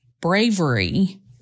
bravery